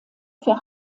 für